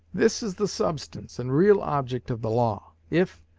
this is the substance and real object of the law. if,